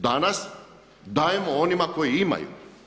Danas dajemo onima koji imaju.